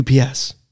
UPS